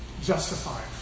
justified